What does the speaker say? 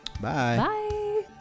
bye